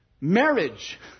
marriage